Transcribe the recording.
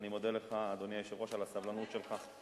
אני מודה לך, אדוני היושב-ראש, על הסבלנות שלך.